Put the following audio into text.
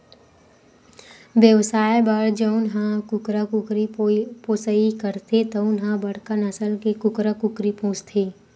बेवसाय बर जउन ह कुकरा कुकरी पोसइ करथे तउन ह बड़का नसल के कुकरा कुकरी पोसथे